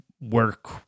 work